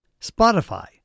Spotify